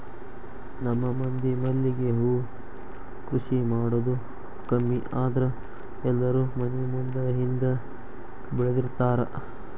ನಮ್ಮ ಮಂದಿ ಮಲ್ಲಿಗೆ ಹೂ ಕೃಷಿ ಮಾಡುದ ಕಮ್ಮಿ ಆದ್ರ ಎಲ್ಲಾರೂ ಮನಿ ಮುಂದ ಹಿಂದ ಬೆಳ್ದಬೆಳ್ದಿರ್ತಾರ